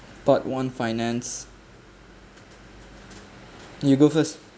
part one finance you go first